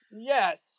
Yes